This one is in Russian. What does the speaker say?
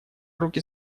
руки